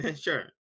Sure